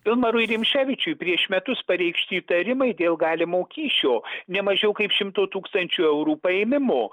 pilmarui rimšėvičiui prieš metus pareikšti įtarimai dėl galimo kyšio nemažiau kaip šimto tūkstančių eurų paėmimo